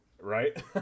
Right